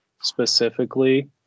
specifically